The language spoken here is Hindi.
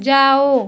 जाओ